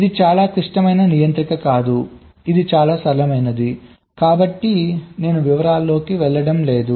ఇది చాలా క్లిష్టమైన నియంత్రిక కాదు చాలా సరళమైనది కాబట్టి నేను వివరాల్లోకి వెళ్ళడం లేదు